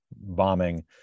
bombing